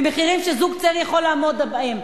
במחירים שזוג צעיר יכול לעמוד בהם.